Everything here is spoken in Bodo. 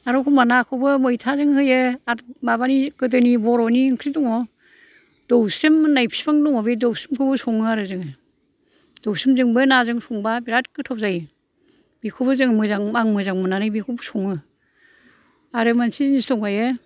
आरो एखनबा नाखौबो मैथाजों होयो आर माबानि गोदोनि बर'नि ओंख्रि दङ दौस्रेम होननाय बिफां दङ बे दौस्रेमखौबो सङो आरो जोङो दौस्रेमजोंबो नाजों संबा बिरात गोथाव जायो बिखौ बो जों मोजां आं मोजां मोननानै बिखौ सङो आरो मोनसे जिनिस दंबावो